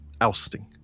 ousting